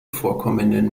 vorkommenden